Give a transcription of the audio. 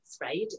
right